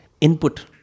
input